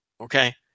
okay